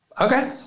Okay